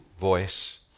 voice